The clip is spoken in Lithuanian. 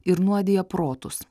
ir nuodija protus